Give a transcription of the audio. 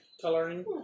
coloring